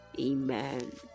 Amen